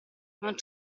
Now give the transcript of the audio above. non